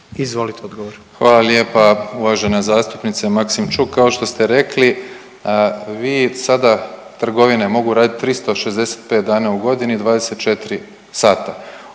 Davor (HDZ)** Hvala lijepa uvažena zastupnice Maksimčuk, kao što ste rekli vi sada, trgovine mogu radit 365 dana u godini, 24 sata.